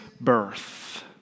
birth